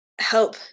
help